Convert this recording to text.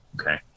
Okay